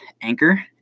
anchor